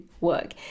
work